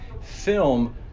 film